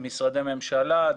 משרדי ממשלה,